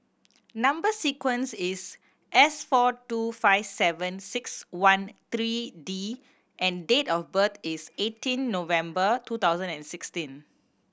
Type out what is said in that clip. number sequence is S four two five seven six one three D and date of birth is eighteen November two thousand and sixteen